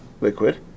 liquid